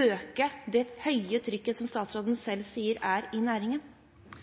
øke det høye trykket som statsråden selv sier er i næringen?